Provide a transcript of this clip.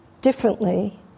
differently